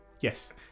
Yes